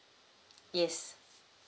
yes